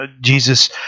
Jesus